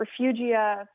refugia